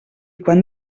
quan